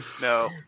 No